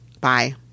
Bye